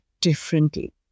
differently